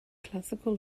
classical